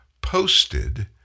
posted